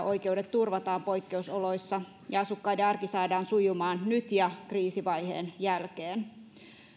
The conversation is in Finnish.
oikeudet turvataan poikkeusoloissa ja asukkaiden arki saadaan sujumaan nyt ja kriisivaiheen jälkeen